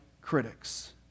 critics